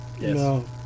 Yes